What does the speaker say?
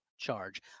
charge